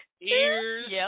ears